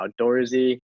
outdoorsy